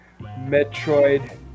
Metroid